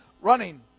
running